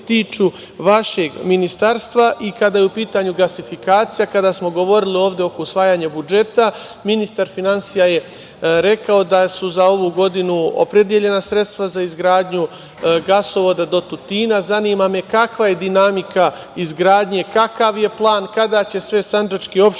tiču vašeg ministarstva i kada je u pitanju gasifikacija, kada smo govorili ovde oko usvajanja budžeta, ministar finansija je rekao da su za ovu godinu opredeljena sredstva za izgradnju gasovoda do Tutina. Zanima me kakva je dinamika izgradnje, kakav je plan, kada će sve sandžačke opštine